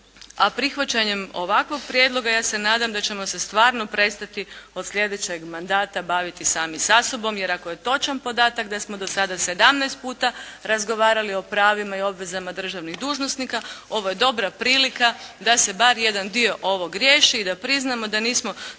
a prihvaćanjem ovakvog Prijedloga ja se nadam da ćemo se stvarno prestati od sljedećeg mandata baviti sami sa sobom, jer ako je točan podatak da smo do sada 17 puta razgovarali o pravima i obvezama državnih dužnosnika, ovo je dobra prilika da se bar jedan dio ovog riješi i da priznamo da nismo